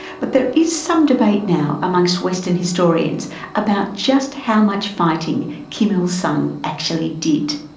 but there is some debate now amongst western historians about just how much fighting kim il-sung actually did.